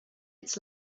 its